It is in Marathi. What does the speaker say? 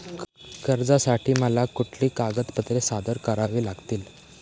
कर्जासाठी मला कुठली कागदपत्रे सादर करावी लागतील?